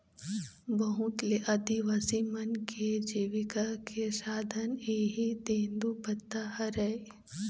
बहुत ले आदिवासी मन के जिविका के साधन इहीं तेंदूपत्ता हरय